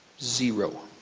zero.